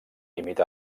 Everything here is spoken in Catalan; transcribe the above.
límit